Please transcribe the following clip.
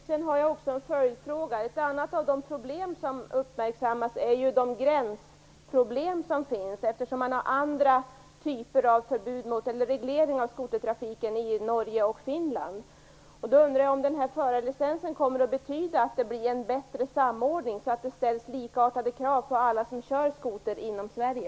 Herr talman! Ett annat problem som uppmärksammas är gränsproblemen, eftersom man i Norge och Finland har andra typer av regleringar av skotertrafiken. Kommer kravet på förarlicens att betyda att det blir en bättre samordning, så att likartade krav ställs på alla som kör skoter i Sverige?